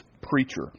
preacher